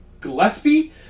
Gillespie